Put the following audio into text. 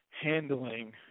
handling